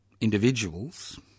individuals